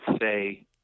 say